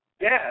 Yes